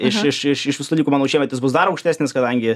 iš iš iš iš visų dalykų mano šiemet jis bus dar aukštesnis kadangi